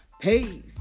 Peace